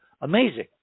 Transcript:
amazing